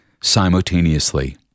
simultaneously